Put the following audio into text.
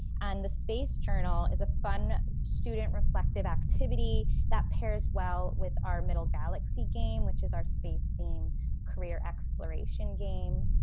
and the space journal is a fun student reflective activity that pairs well with our middlegalaxy game, which is our space-themed career exploration game.